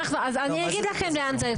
אני אגיד לכם לאן זה,